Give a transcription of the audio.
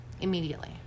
Immediately